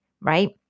right